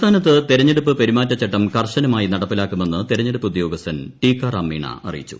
സംസ്ഥാനത്ത് തെരഞ്ഞെടുപ്പ് പെരുമാറ്റചട്ടം കർശനമായി നടപ്പിലാക്കുമെന്ന് തെരഞ്ഞെടുപ്പ് ഉദ്യോഗസ്ഥൻ ടിക്കാറാം മീണ അറിയിച്ചു